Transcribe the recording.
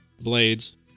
blades